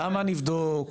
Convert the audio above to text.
למה לבדוק?